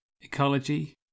ecology